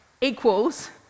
equals